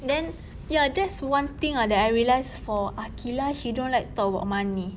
then ya that's one thing ah that I realized for aqilah she don't like talk about money